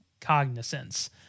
cognizance